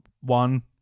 One